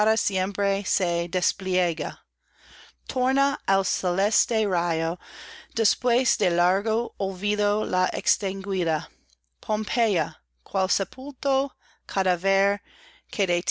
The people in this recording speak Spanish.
siempre se despliega torna al celeste rayo después de largo olvido la extinguida pompeya cual sepulto cadáver que